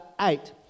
eight